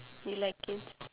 you like kids